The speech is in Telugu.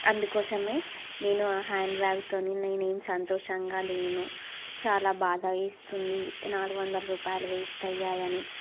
అందుకోసమే నేను ఆ హ్యాండ్బ్యాగ్తోని నేనేం సంతోషంగా లేను చాల బాధ వేస్తుంది నాలుగు వందల రూపాయలు వేస్ట్ అయ్యాయని